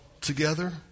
together